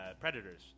predators